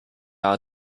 are